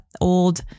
old